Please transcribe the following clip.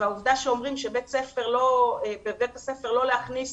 והעובדה שאומרים לא להכניס